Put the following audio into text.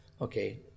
okay